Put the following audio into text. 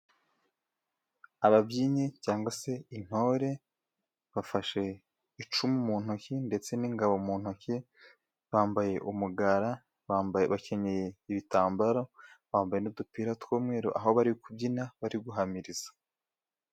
Ababyinnyi cyangwa se intore, bafashe icumu mu ntoki ndetse n'ingabo mu ntoki, bambaye umugara bakenyeye ibitambaro, bambaye n'udupira tw'umweru aho bari kubyina bari guhamiriza.